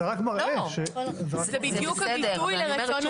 זה רק מראה --- זה בדיוק הביטוי לרצון הציבור.